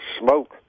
smoke